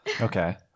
Okay